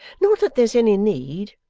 not that there's any need,